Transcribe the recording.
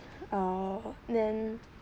orh then